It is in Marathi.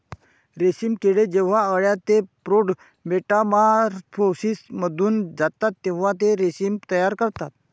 रेशीम किडे जेव्हा अळ्या ते प्रौढ मेटामॉर्फोसिसमधून जातात तेव्हा ते रेशीम तयार करतात